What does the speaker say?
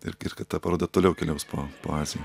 ir ir kad ta paroda toliau keliaus po po aziją